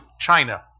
China